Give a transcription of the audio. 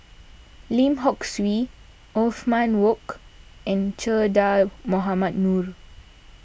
Lim Hock Siew Othman Wok and Che Dah Mohamed Noor